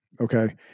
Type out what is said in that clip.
okay